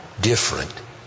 different